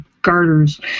garters